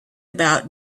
about